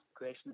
question